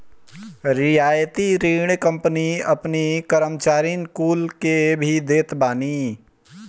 रियायती ऋण कंपनी अपनी कर्मचारीन कुल के भी देत बानी